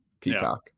Peacock